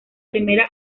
primera